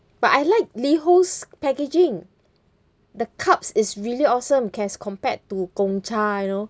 but I like liho's packaging the cups is really awesome as compared to gong cha you know